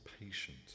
patient